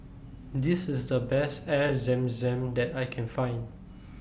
This IS The Best Air Zam Zam that I Can Find